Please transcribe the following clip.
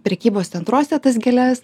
prekybos centruose tas gėles